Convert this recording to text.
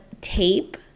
tape